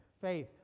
faith